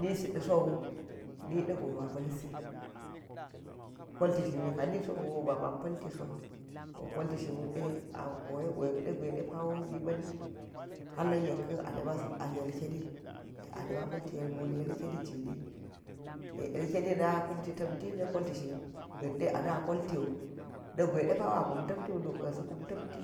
Nisi ɗaso niɗago ba̱ba̱lsi olti shinmi kani sogo ba̱ma̱n pa̱ltiso, to kolti shin wuɗe a koyego yekɗe gwai ɗepa̱ gipa̱nni ha̱l yekkan ana̱ma̱ za̱t an yelkeni yek a na̱ma palti pa̱l wul yelkeni jini yek yelkeni na kumti tamtina kolti shindɗe ana̱ koltiwu, na̱kgwa̱i depa̱wo a kum ta̱mtiu nuka̱n sa̱ kum tamti,